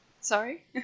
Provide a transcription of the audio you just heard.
Sorry